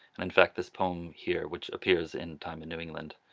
and in fact this poem here which appears in time in new england